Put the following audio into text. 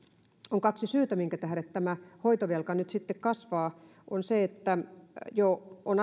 on kaksi syytä minkä tähden tämä hoitovelka nyt sitten kasvaa on se että aika etukenossa on